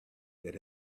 that